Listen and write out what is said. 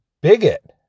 bigot